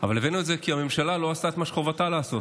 אבל הבאנו את זה כי הממשלה לא עשתה את מה שחובתה לעשות,